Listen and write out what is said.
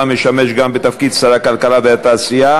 משמש גם בתפקיד שר הכלכלה והתעשייה.